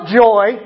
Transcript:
joy